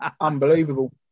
Unbelievable